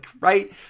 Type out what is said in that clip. Right